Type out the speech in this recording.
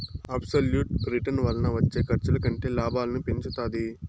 absolute return వలన వచ్చే ఖర్చుల కంటే లాభాలను పెంచుతాది